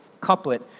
couplet